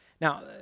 Now